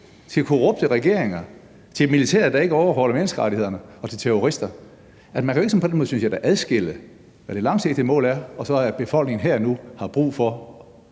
til korrupte regeringer, til et militær, der ikke overholder menneskerettighederne, og til terrorister? Altså, man kan jo ikke på den måde, synes jeg da, adskille, hvad det langsigtede mål er, og at befolkningen her og nu har brug for